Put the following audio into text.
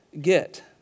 get